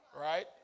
Right